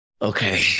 Okay